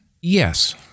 Yes